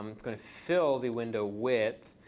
um it's going to fill the window width.